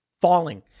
falling